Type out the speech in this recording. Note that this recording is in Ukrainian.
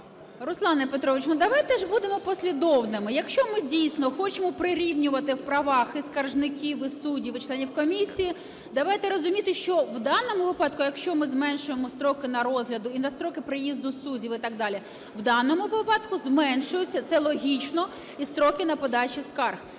Руслане Петровичу, ну, давайте ж будемо послідовними. Якщо ми дійсно хочемо прирівнювати в правах і скаржників, і суддів, і членів комісії, давайте розуміти, що в даному випадку, якщо ми зменшуємо строки на розгляд і строки приїзду суддів, і так далі, в даному випадку зменшуються, це логічно, і строки на подачу скарг.